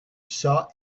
saw